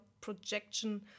projection